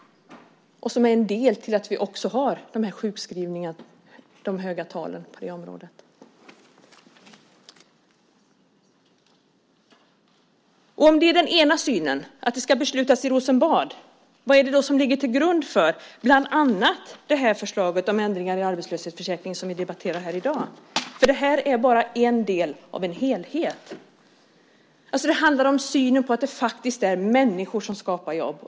Detta är en del i att vi har sjukskrivningar och höga tal på det området. Om synen är att det ska beslutas i Rosenbad, vad är det då som ligger till grund bland annat för det förslag om ändringar i arbetslöshetsförsäkringen som vi debatterar här i dag? Det här är nämligen bara en del av en helhet. Det handlar om synen att det faktiskt är människor som skapar jobb.